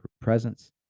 presence